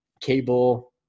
Cable